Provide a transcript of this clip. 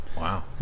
Wow